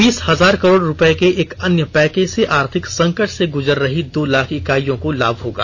बीस हजार करोड रुपए के एक अन्य पैकेज से आर्थिक संकट से गुजर रही दो लाख इकाइयों को लाभ होगा